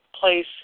place